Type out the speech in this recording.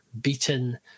beaten